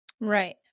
right